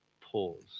Pause